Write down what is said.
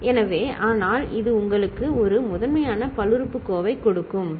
எனவே ஆனால் இது உங்களுக்கு ஒரு முதன்மையான பல்லுறுப்புக்கோவைக் கொடுக்கும் சரி